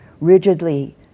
rigidly